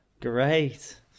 Great